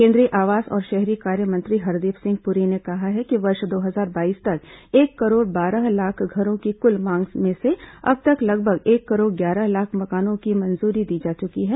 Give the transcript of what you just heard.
केन्द्रीय आवास और शहरी कार्य मंत्री हरदीप सिंह प्री ने कहा कि वर्ष दो हजार बाईस तक एक करोड़ बारह लाख घरों की कुल मांग में से अब तक लगभग एक करोड़ ग्यारह लाख मकानों की मंजूरी दी जा चुकी है